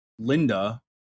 Linda